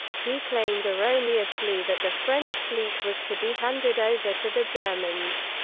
he claimed erroneously that the french fleet was to be handed over to the germans.